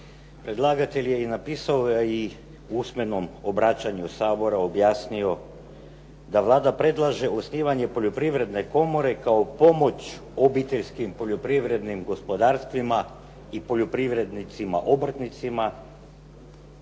Predlagatelj je i napisao i u usmenom obraćanju Sabora objasnio da Vlada predlaže osnivanje Poljoprivredne komore kao pomoć obiteljskim poljoprivrednim gospodarstvima i poljoprivrednicima obrtnicima